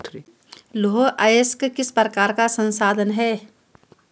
लौह अयस्क किस प्रकार का संसाधन है?